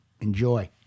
Enjoy